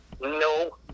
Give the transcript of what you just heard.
no